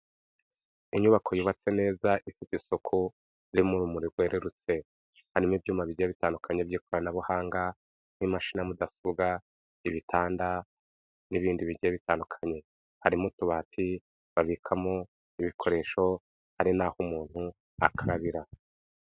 Inyubako yubatse neza ifite isuku irimo urumuri rwerurutse, harimo ibyuma bigiye bitandukanye by'ikoranabuhanga nk'imashini ya mudasobwa, ibitanda n'ibindi bigiye bitandukanye, harimo utubati babikamo ibikoresho, hari n'aho umuntu akarabira.